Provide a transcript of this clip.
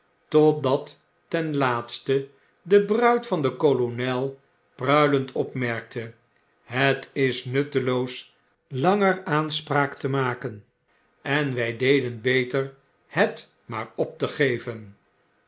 totdat ten laatste de bruid van den kolonel pruilend opmerkte het is nutteloos langer aanspraak te maken en wy deden beter het maar op te geven